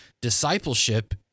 discipleship